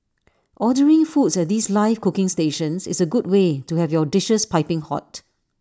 ordering foods at these live cooking stations is A good way to have your dishes piping hot